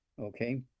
okay